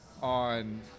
on